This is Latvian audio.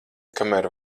kamēr